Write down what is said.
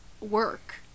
work